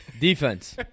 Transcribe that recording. Defense